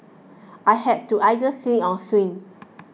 I had to either sink or swim